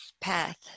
path